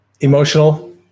Emotional